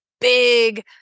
big